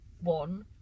one